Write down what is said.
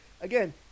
again